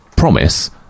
...promise